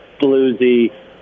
bluesy